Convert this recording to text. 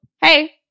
Hey